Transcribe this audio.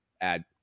add